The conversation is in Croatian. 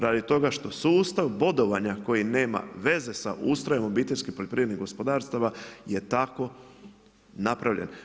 Radi toga što sustav bodovanja koji nema veze sa ustrojem obiteljskim poljoprivrednim gospodarstava je tako napravljen.